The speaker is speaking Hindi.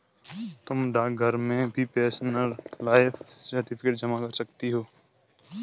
तुम डाकघर में भी पेंशनर लाइफ सर्टिफिकेट जमा करा सकती हो